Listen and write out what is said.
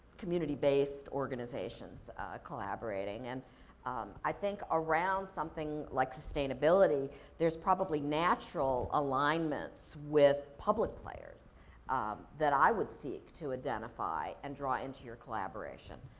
community-based organizations collaborating. and i think around something like sustainability, there's probably natural alignments with public players that i would seek to identify and draw into your collaboration.